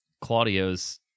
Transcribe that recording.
Claudio's